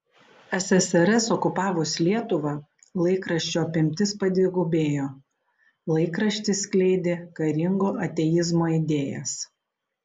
ssrs okupavus lietuvą laikraščio apimtis padvigubėjo laikraštis skleidė karingo ateizmo idėjas